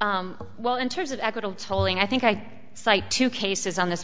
well in terms of equitable tolling i think i cite two cases on this